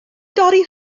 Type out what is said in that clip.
dorri